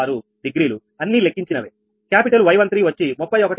56 degree అన్నీ లెక్కించినవే capital Y13 వచ్చి 31